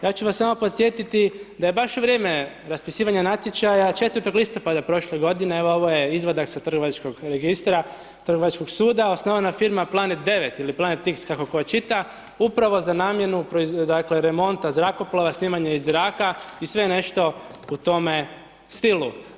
Ja ću vas samo podsjetiti, da je baš u vrijeme raspisivanja natječaja 4. listopada prošle godine, evo ovo je izvadak sa trgovačkog registra Trgovačkog suda, osnovana firma Planet 9 ili Planet X, kako tko čita, upravo za namjenu dakle remonta zrakoplova, snimanje iz zraka i sve nešto u tome stilu.